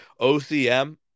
OCM